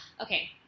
Okay